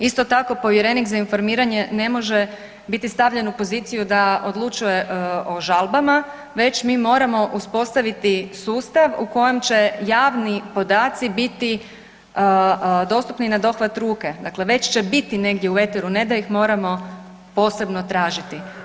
Isto tako povjerenik za informiranje ne može biti stavljen u poziciju da odlučuje o žalbama, već mi moramo uspostaviti sustav u kojem će javni podaci biti dostupni i na dohvat ruke, dakle već će biti negdje u eteru, a ne da ih moramo posebno tražiti.